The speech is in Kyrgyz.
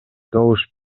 добуш